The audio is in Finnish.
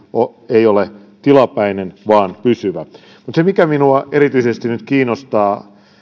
ei ole tilapäinen vaan pysyvä mutta se mikä minua erityisesti nyt kiinnostaa